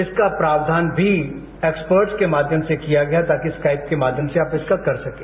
इसका प्रावधान भी एक्सपर्ट्स के माध्यम से किया गया ताकि स्काइप के माध्यम से आप इसका कर सकें